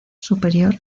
superior